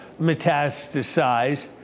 metastasize